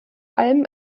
allem